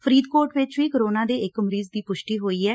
ਫਰੀਦਕੋਟ ਵਿਚ ਵੀ ਕੋਰੋਨਾ ਦੇ ਇਕ ਮਰੀਜ਼ ਦੀ ਪੁਸ਼ਟੀ ਹੋਈ ਐ